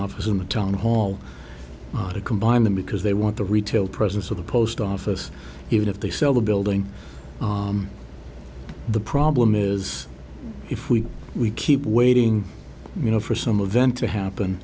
office and the town hall now to combine them because they want the retail presence of the post office even if they sell the building the problem is if we we keep waiting you know for some of them to happen